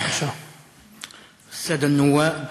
(אומר בערבית: